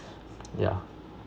yeah